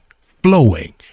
flowing